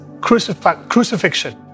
crucifixion